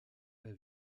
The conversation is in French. l’a